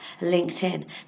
LinkedIn